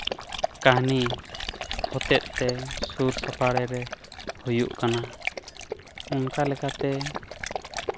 ᱠᱟᱹᱦᱱᱤ ᱦᱚᱛᱮᱡ ᱛᱮ ᱥᱩᱨ ᱥᱟᱯᱟᱲᱮ ᱨᱮ ᱦᱩᱭᱩᱜ ᱠᱟᱱᱟ ᱚᱱᱠᱟ ᱞᱮᱠᱟᱛᱮ